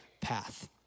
path